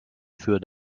für